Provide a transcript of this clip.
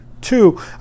Two